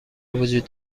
وجود